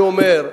אני אומר,